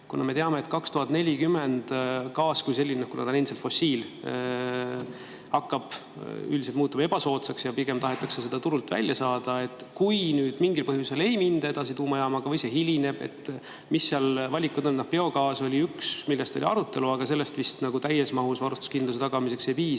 peal. Me teame, et 2040 gaas kui selline, kuna ta on endiselt fossiil, hakkab üldiselt muutuma ebasoodsaks ja pigem tahetakse seda turult välja saada. Kui nüüd mingil põhjusel ei minda edasi tuumajaamaga või see hilineb, siis mis valikud on? Biogaas oli üks, mis oli arutelu all, aga sellest vist täies mahus varustuskindluse tagamiseks ei piisa.